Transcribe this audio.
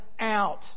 out